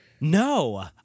No